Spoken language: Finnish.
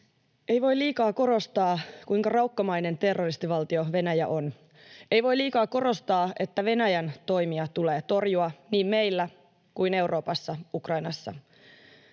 Ei voi liikaa korostaa, kuinka raukkamainen terroristivaltio Venäjä on. Ei voi liikaa korostaa, että Venäjän toimia tulee torjua niin meillä kuin Euroopassa ja Ukrainassa.